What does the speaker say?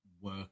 work